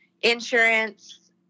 insurance